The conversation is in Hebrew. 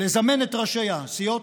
לזמן את ראשי הסיעות,